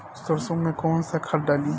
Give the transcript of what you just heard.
सरसो में कवन सा खाद डाली?